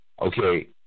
Okay